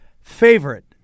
favorite